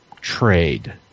trade